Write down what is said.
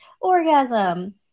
orgasm